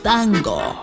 Tango